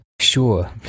Sure